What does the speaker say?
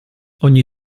ogni